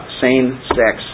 same-sex